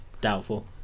Doubtful